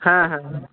হ্যাঁ হ্যাঁ হ্যাঁ